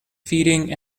feeding